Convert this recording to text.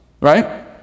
right